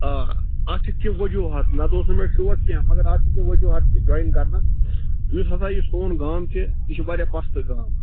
آ اَتھ چھِ کیٚنٛہہ وجوٗہات نَتہٕ اوس نہٕ مےٚ شوق کیٚنٛہہ مگر اَتھ چھِ کیٚنٛہہ وُجوٗہات کہِ جۄایِن کَرنس یُس ہسا یہِ سون گام چھِ یہِ چھُ وارِیاہ پست گام